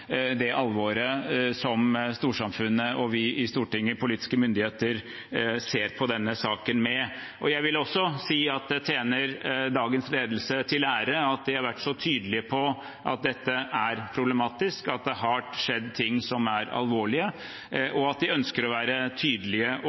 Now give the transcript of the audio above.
det alvoret som storsamfunnet og vi i Stortinget, politiske myndigheter, ser på denne saken med. Jeg vil også si at det tjener dagens ledelse til ære at de har vært så tydelige på at dette er problematisk, at det har skjedd ting som er alvorlige, og at de ønsker å være tydelige, ærlige og